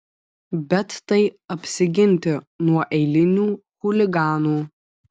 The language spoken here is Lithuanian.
bet tai apsiginti nuo eilinių chuliganų